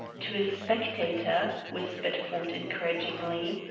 to a spectator, whispered ford encouragingly,